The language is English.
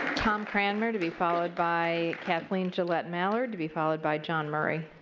tom crammer to be followed by kathleen gillette mallard to be followed by john murray.